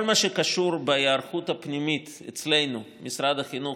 כל מה שקשור בהיערכות הפנימית אצלנו, משרד החינוך